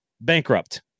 bankrupt